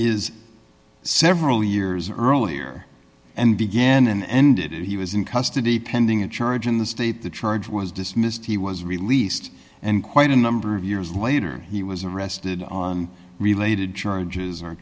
is several years earlier and began and ended he was in custody pending a charge in the state the charge was dismissed he was released and quite a number of years later he was arrested on related charges are